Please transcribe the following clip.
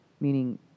Meaning